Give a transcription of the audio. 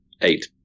eight